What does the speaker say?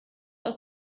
aus